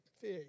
fish